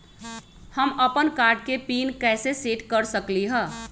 हम अपन कार्ड के पिन कैसे सेट कर सकली ह?